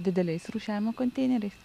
dideliais rūšiavimo konteineriais